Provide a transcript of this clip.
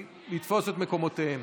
לתפוס את מקומותיהם.